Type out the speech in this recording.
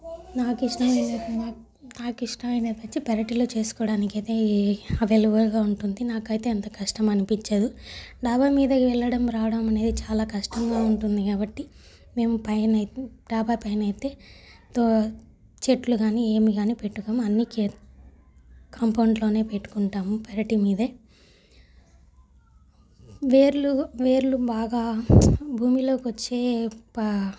నాకు ఇష్టమైనది నాకు ఇష్టమైనది వచ్చి పెరటిలో చేసుకోడానికైతే అవైలబుల్గా ఉంటుంది నాకైతే అంత కష్టం అనిపించదు డాబా మీదకి వెళ్ళడం రావడం అనేది చాలా కష్టంగా ఉంటుంది కాబట్టి మేము పైనైతే డాబా పైనైతే తో చెట్లు గాని ఏమి కానీ పెట్టుకోము అన్ని కిందే కాంపౌండ్లోనే పెట్టుకుంటాము పెరటి మీదే వేర్లు వేర్లు బాగా భూమిలోకి వచ్చే పా